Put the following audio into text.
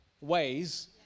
ways